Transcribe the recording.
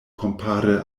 kompare